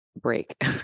break